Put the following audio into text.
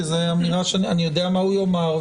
כי אני יודע מה הוא יאמר,